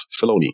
Filoni